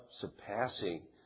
surpassing